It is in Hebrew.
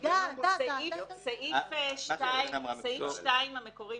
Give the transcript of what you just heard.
סעיף 2 המקורי